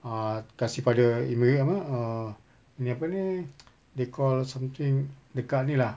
ah kasi pada immigr~ apa err ini apa ni they call something dekat ini lah